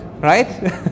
right